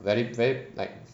very very like